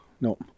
no